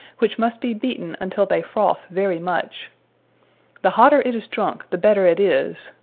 which must be beaten untill they froth very much the hotter it is drunke, the better it is,